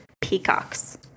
Peacocks